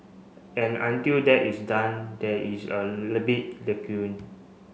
and until that is done there is a big